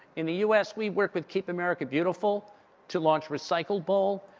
in the u s, we work with keep america beautiful to launch recycle-bowl,